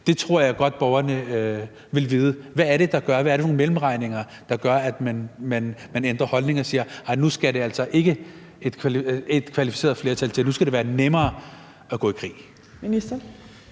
Det tror jeg godt borgerne vil vide. Hvad er det for nogle mellemregninger, der gør, at man ændrer holdning og nu siger, at der ikke skal et kvalificeret flertal til, og at det nu skal være nemmere at gå i krig?